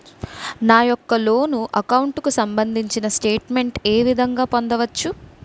నా యెక్క loan account కు సంబందించిన స్టేట్ మెంట్ ఏ విధంగా పొందవచ్చు?